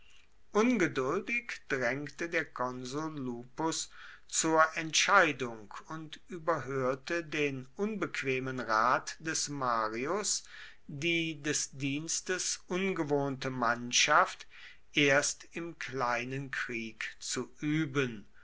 ungeduldig drängte der konsul lupus zur entscheidung und überhörte den unbequemen rat des marius die des dienstes ungewohnte mannschaft erst im kleinen krieg zu üben